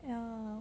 ya